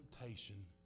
temptation